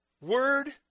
Word